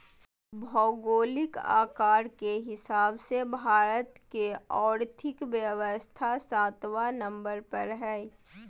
भौगोलिक आकार के हिसाब से भारत के और्थिक व्यवस्था सत्बा नंबर पर हइ